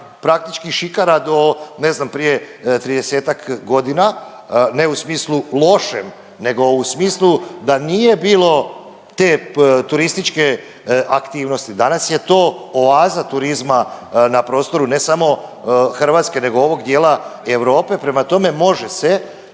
praktički šikara do, ne znam, prije 30-ak godina, ne u smislu lošem, nego u smislu da nije bilo te turističke aktivnosti. Danas je to oaza turizma na prostoru, ne samo Hrvatske, nego ovog dijela Europe, prema tome, može se,